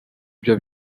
ibyo